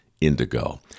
indigo